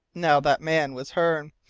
now that man was hearne,